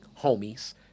homies